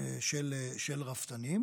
של רפתנים,